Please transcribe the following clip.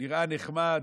נראה נחמד,